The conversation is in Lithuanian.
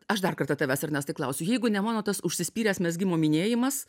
aš dar kartą tavęs ernestai klausiu jeigu ne mano tas užsispyręs mezgimo minėjimas